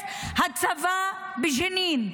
בג'נין.